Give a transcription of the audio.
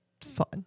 fun